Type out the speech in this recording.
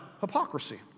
hypocrisy